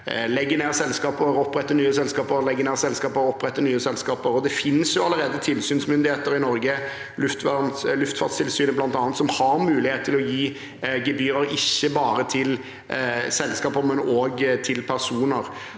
legger ned selskaper og oppretter nye selskaper. Det finnes jo allerede tilsynsmyndigheter i Norge, bl.a. Luftfartstilsynet, som har mulighet til å gi gebyrer ikke bare til selskaper, men også til personer.